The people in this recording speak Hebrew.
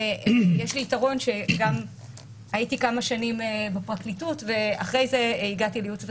יש לי יתרון שהייתי כמה שנים בפרקליטות ואחרי זה הגעתי לייעוץ וחקיקה,